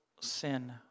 sin